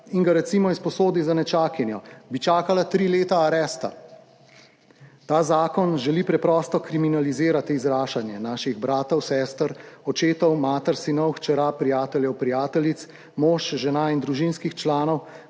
in ga recimo izposodi za nečakinjo, bi čakala tri leta aresta. Ta zakon želi preprosto kriminalizirati izražanje naših bratov, sester, očetov, mater, sinov, hčera, prijateljev, prijateljic, mož, žena in družinskih članov,